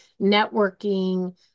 networking